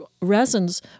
resins